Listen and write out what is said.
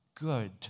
good